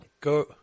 go